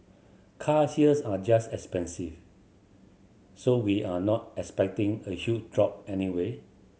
cars here are just expensive so we are not expecting a huge drop anyway